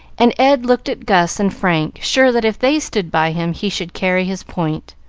and ed looked at gus and frank, sure that if they stood by him he should carry his point.